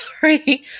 sorry